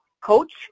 coach